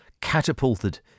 catapulted